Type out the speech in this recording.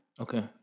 Okay